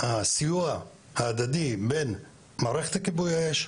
הסיוע ההדדי בין מערכת כיבוי האש,